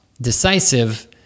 Decisive